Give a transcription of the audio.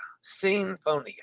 Sinfonia